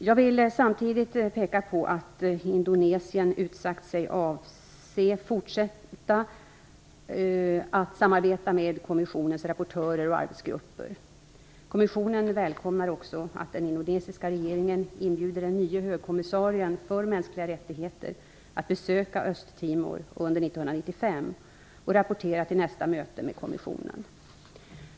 Jag vill samtidigt peka på att Indonesien utsagt sig avse fortsätta att samarbeta med kommissionens rapportörer och arbetsgrupper. Kommissionen välkomnar också att den indonesiska regeringen inbjuder den nye högkommissarien för mänskliga rättigheter att besöka Östtimor under 1995 och rapportera till nästa möte med kommissionen.